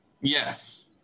Yes